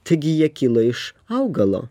taigi jie kilo iš augalo